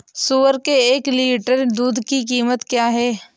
सुअर के एक लीटर दूध की कीमत क्या है?